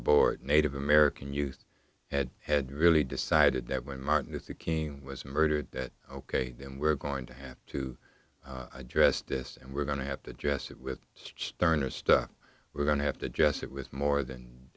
board native american youth had had really decided that when martin luther king was murdered that ok and we're going to have to address this and we're going to have to address it with sterner stuff we're going to have to just it was more than